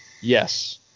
Yes